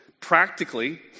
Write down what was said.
Practically